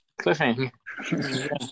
Cliffhanger